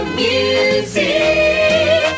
music